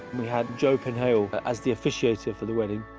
we had joe penhale but as the officiator for the wedding.